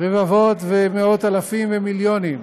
רבבות ומאות אלפים ומיליונים,